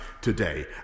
today